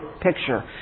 picture